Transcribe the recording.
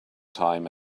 time